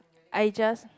I just